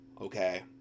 okay